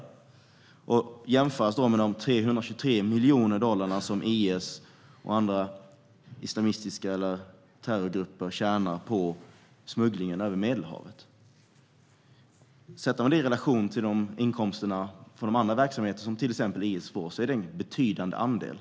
Detta kan jämföras med de 323 miljoner dollar som IS och andra islamistiska grupper eller terrorgrupper tjänar på smugglingen över Medelhavet. Sätter man det i relation till de andra inkomster som IS har finner man att det är en betydande andel.